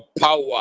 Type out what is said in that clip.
power